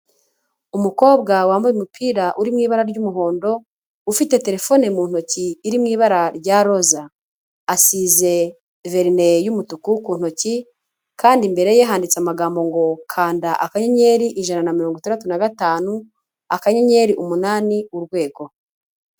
Umukobwa wambaye umupira uri mu ibara ry'umuhondo, ufite telefone mu ntoki iri mu ibara rya roza. Asize verine y'umutuku ku ntoki kandi imbere ye handitse amagambo ngo: "Kanda akayenyeri ijana na mirongo itandatu na gatanu, akanyenyeri umunani, urwego".